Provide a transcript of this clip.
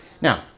Now